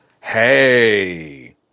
Hey